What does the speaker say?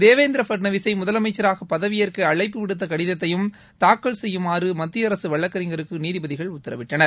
தேவேந்திர பட்னாவிசை முதலமைச்சராக பதவியேற்க அழைப்பு விடுத்த கடிதத்தையும் தாக்கல் செய்யுமாறு மத்திய அரசு வழக்கறிஞருக்கு நீதிபதிகள் உத்தரவிட்டனர்